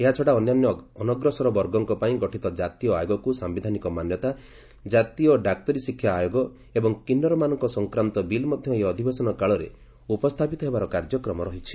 ଏହାଛଡ଼ା ଅନ୍ୟାନ୍ୟ ଅନଗ୍ରସର ବର୍ଗଙ୍କ ପାଇଁ ଗଠିତ ଜାତୀୟ ଆୟୋଗକୁ ସାୟିଧାନିକ ମାନ୍ୟତା ଜାତୀୟ ଡାକ୍ତରୀ ଶିକ୍ଷା ଆୟୋଗ ଓ କିନ୍ନରମାନଙ୍କ ସଂକ୍ରାନ୍ତ ବିଲ୍ ମଧ୍ୟ ଏହି ଅଧିବେଶନ କାଳରେ ଉପସ୍ଥାପିତ ହେବାର କାର୍ଯ୍ୟକ୍ରମ ରହିଛି